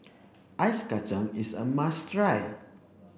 ice Kacang is a must try